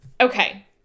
okay